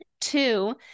Two